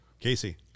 Casey